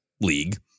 league